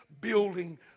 building